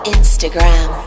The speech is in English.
Instagram